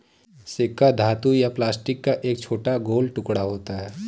सिक्का धातु या प्लास्टिक का एक छोटा गोल टुकड़ा होता है